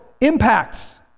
impacts